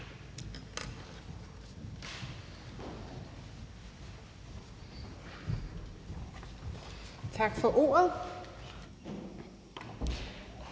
Tak for ordet.